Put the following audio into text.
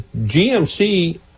GMC